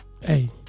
Hey